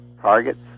targets